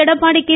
Edappadi K